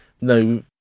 no